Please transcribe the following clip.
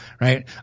right